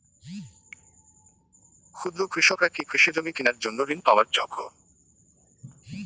ক্ষুদ্র কৃষকরা কি কৃষিজমি কিনার জন্য ঋণ পাওয়ার যোগ্য?